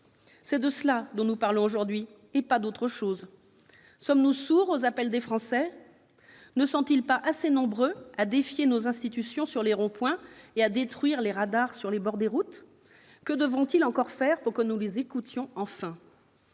C'est de cela que nous parlons aujourd'hui et pas d'autre chose. Sommes-nous sourds aux appels des Français ? Ne sont-ils pas assez nombreux à défier nos institutions sur les ronds-points et à détruire les radars sur le bord des routes ? Que devront-ils faire encore pour que nous les écoutions enfin ?